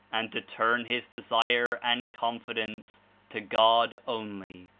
and to turn his desire and confidence to god only.